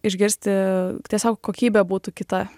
išgirsti tiesiog kokybė būtų kita